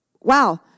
wow